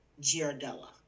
Giardella